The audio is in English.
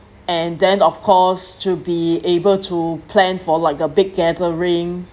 and then of course to be able to plan for like the big gathering